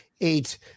Eight